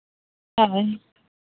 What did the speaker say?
ᱦᱮᱸ